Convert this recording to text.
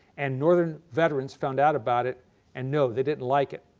and northern veterans found out about it and no, they didn't like it.